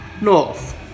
North